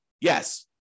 Yes